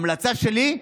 המלצה שלי,